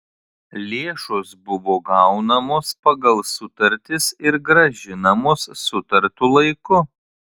lėšos buvo gaunamos pagal sutartis ir grąžinamos sutartu laiku